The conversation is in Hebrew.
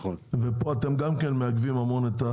גם פה אתם מעכבים המון,